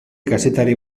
kazetari